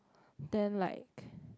then like